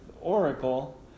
Oracle